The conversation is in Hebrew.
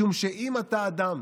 משום שאם אתה אדם